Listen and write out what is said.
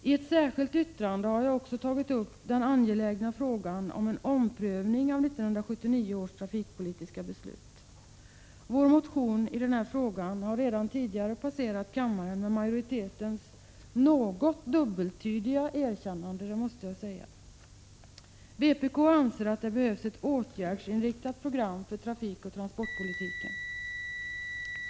I ett särskilt yttrande har jag tagit upp den angelägna frågan om en omprövning av 1979 års trafikpolitiska beslut. Vår motion i frågan har redan tidigare passerat kammaren med majoritetens något dubbeltydiga erkännande. Vpk anser att det behövs ett åtgärdsinriktat program för trafikoch transportpolitiken.